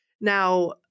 Now